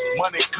money